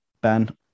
Ben